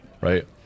right